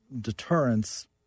deterrence